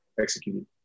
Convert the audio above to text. executed